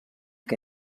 que